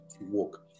walk